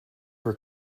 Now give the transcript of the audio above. were